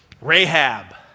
Rahab